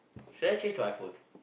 should I change to iPhone